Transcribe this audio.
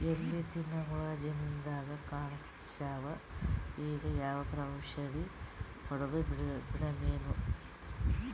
ಎಲಿ ತಿನ್ನ ಹುಳ ಜಮೀನದಾಗ ಕಾಣಸ್ಯಾವ, ಈಗ ಯಾವದರೆ ಔಷಧಿ ಹೋಡದಬಿಡಮೇನ?